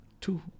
two